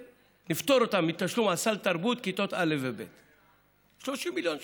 נפטור אותן מתשלום על סל תרבות בכיתות א' וב' 30 מיליון ש"ח.